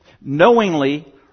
knowingly